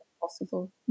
possible